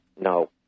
no